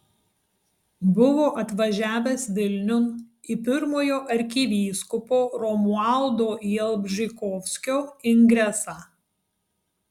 buvo atvažiavęs vilniun į pirmojo arkivyskupo romualdo jalbžykovskio ingresą